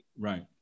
Right